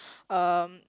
um